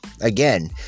again